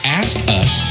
askus